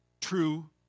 true